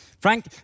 Frank